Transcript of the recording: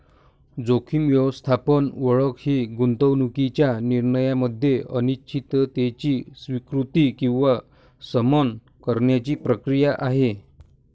जोखीम व्यवस्थापन ओळख ही गुंतवणूकीच्या निर्णयामध्ये अनिश्चिततेची स्वीकृती किंवा शमन करण्याची प्रक्रिया आहे